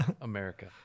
america